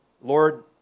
Lord